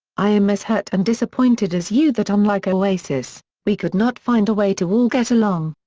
i am as hurt and disappointed as you that unlike oasis, we could not find a way to all get along.